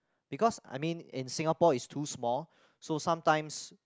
because I mean in Singapore is too small so sometimes